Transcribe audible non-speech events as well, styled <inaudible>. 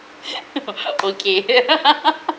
<breath> <laughs> okay <laughs>